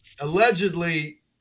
allegedly